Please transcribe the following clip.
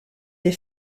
des